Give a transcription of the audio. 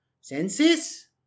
Senses